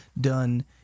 done